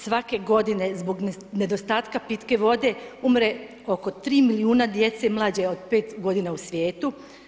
Svake godine zbog nedostatka pitke vode, umre oko 3 milijuna djeca, mlađe od 5 g. u svijetu.